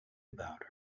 about